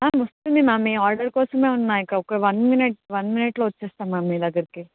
వస్తుంది మ మ్యామ్ మీ ఆర్డర్ కోసమే ఉన్నాను ఇక ఒక వన్ మినిట్ వన్ మినిట్లో వస్తాను మ్యామ్ మీ దగ్గరికి